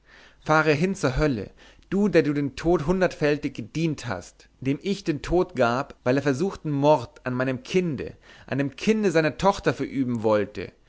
fahre hin zur hölle du der du den tod hundertfältig verdient hast dem ich den tod gab weil er versuchten mord an meinem kinde an dem kinde seiner tochter verüben wollte